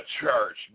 church